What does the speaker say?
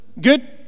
Good